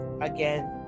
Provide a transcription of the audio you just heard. again